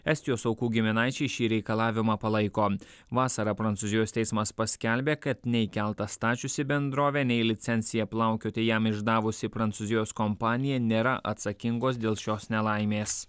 estijos aukų giminaičiai šį reikalavimą palaiko vasarą prancūzijos teismas paskelbė kad nei keltą stačiusi bendrovė nei licenciją plaukioti jam išdavusi prancūzijos kompanija nėra atsakingos dėl šios nelaimės